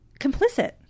complicit